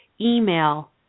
email